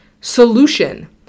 solution